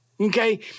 Okay